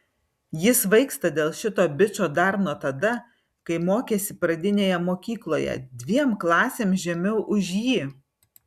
ji svaigsta dėl šito bičo dar nuo tada kai mokėsi pradinėje mokykloje dviem klasėm žemiau už jį